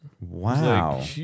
Wow